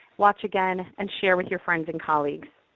watch again, and share with your friends and colleagues.